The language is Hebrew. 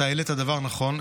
אתה העלית דבר נכון.